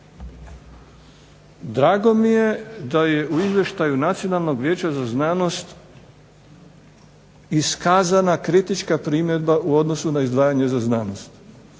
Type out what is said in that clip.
Drago mi je da je u izvještaju Nacionalnog vijeća za znanost iskazana kritička primjedba u odnosu na izdvajanje za znanost.